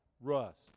rust